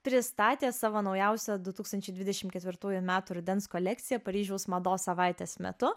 pristatė savo naujausią du tūkstančiai dvidešim ketvirtųjų metų rudens kolekciją paryžiaus mados savaitės metu